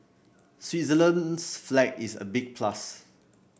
Switzerland's flag is a big plus